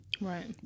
right